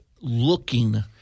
looking